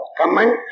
comment